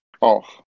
off